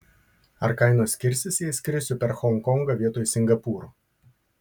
ar kainos skirsis jei skrisiu per honkongą vietoj singapūro